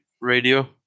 Radio